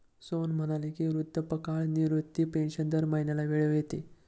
सोहन म्हणाले की, वृद्धापकाळ निवृत्ती पेन्शन दर महिन्याला वेळेवर येते